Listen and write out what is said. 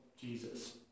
Jesus